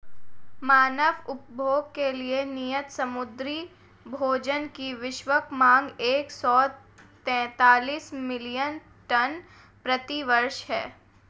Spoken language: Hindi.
मानव उपभोग के लिए नियत समुद्री भोजन की वैश्विक मांग एक सौ तैंतालीस मिलियन टन प्रति वर्ष है